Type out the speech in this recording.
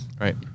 Right